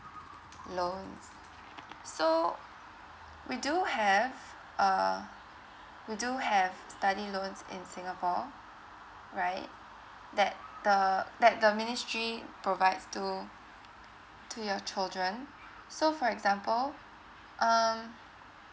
loans so we do have uh we do have study loans in singapore right that the that the ministry provides to to your children so for example um